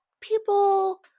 people